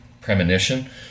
premonition